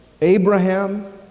Abraham